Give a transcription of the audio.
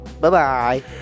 Bye-bye